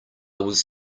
was